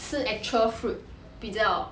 吃 actual fruit 比较